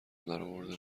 درآوردم